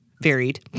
varied